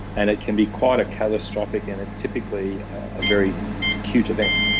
and it can be quite ah catastrophic and it's typically a very acute event.